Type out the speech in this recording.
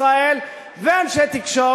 נגיד בנק ישראל ואנשי תקשורת,